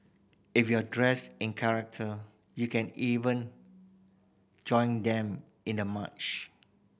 if you're dressed in character you can even join them in the march